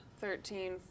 thirteen